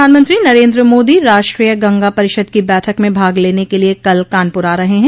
प्रधानमंत्री नरेन्द्र मोदी राष्ट्रीय गंगा परिषद की बैठक में भाग लेने के लिये कल कानपुर आ रहे हैं